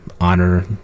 honor